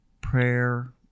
prayer